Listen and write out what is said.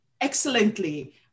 excellently